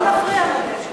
לא נפריע לו.